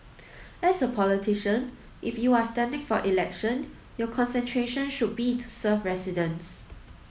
as a politician if you are standing for election your concentration should be to serve residents